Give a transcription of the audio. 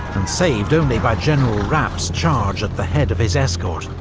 and saved only by general rapp's charge at the head of his escort.